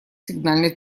сигнальной